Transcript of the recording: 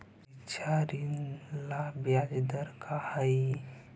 शिक्षा ऋण ला ब्याज दर का हई?